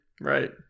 Right